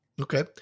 Okay